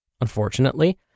Unfortunately